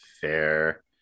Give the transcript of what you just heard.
fair